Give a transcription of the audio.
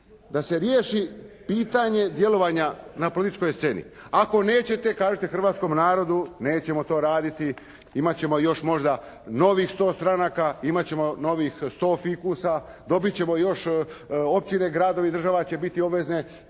da se riješi pitanje djelovanja na političkoj sceni. Ako nećete, kažite hrvatskom narodu nećemo to raditi, imati ćemo još možda novih 100 stranaka, imati ćemo novih 100 fikusa, dobiti ćemo još općine, gradovi, država će biti obvezna